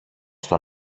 στο